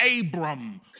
Abram